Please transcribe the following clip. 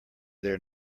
their